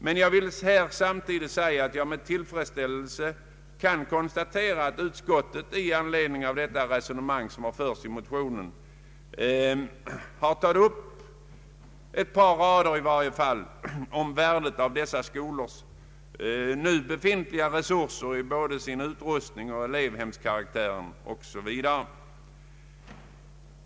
Men jag vill samtidigt säga att jag med tillfredsställelse kan konstatera att utskottet i anledning av det resonemang som förts i motionen på ett par rader tagit upp värdet av dessa skolors nu befintliga resurser när det gäller utrustning, elevhem etc.